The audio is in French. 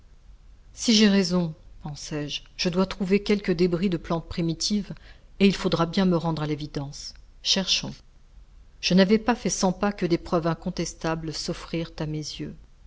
si j'ai raison pensai-je je dois trouver quelque débris de plante primitive et il faudra bien me rendre à l'évidence cherchons je n'avais pas fait cent pas que des preuves incontestables s'offrirent à mes yeux